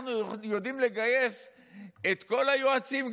אנחנו יודעים לגייס את כל היועצים,